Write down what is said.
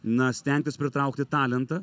na stengtis pritraukti talentą